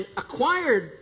acquired